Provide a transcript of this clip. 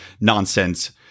nonsense